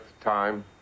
time